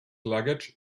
luggage